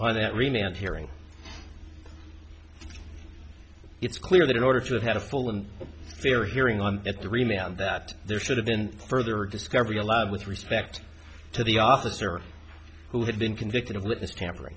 remained hearing it's clear that in order to have had a full and fair hearing on at the remain and that there should have been further discovery allowed with respect to the officer who had been convicted of witness tamper